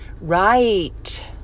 right